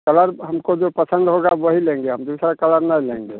colour हमको जो पसंद होगा वही लेंगे हम दूसरा कलर नहीं लेंगे